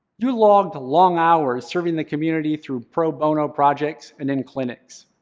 you logged long hours serving the community through pro bono projects and in clinics,